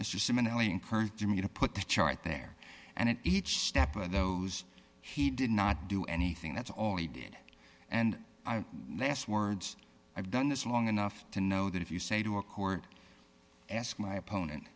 mr similarly encouraged me to put the chart there and it each step of those he did not do anything that's all he did and i have less words i've done this long enough to know that if you say to a court ask my opponent